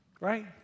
Right